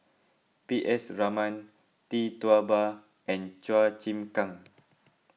P S Raman Tee Tua Ba and Chua Chim Kang